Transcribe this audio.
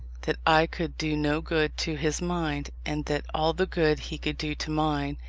that i could do no good to his mind, and that all the good he could do to mine,